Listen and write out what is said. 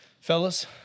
Fellas